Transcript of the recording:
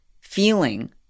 feeling